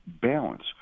balance